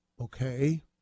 Okay